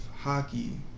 hockey